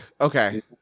Okay